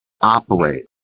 operate